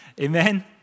Amen